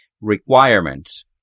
requirements